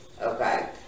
okay